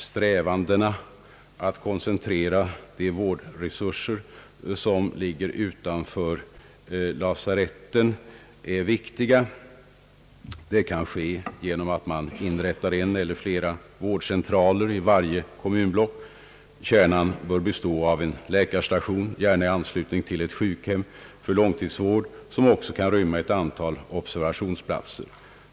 Strävandena att koncentrera vårdresurserna utanför lasaretten har också betydelse — det kan ske genom att man inrättar en eller flera vårdcentraler i varje kommunblock. Kärnan bör bestå av en läkarstation, gärna i anslutning till ett sjukhem för långtidsvård, som också kan rymma ett antal observationsplatser.